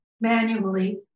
manually